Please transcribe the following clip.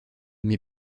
mes